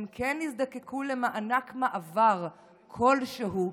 הם כן יזדקקו למענק מעבר כלשהו,